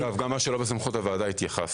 אגב גם מה שלא בסמכות הוועדה התייחסנו